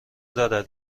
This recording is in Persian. دارد